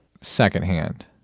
secondhand